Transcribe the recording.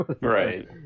Right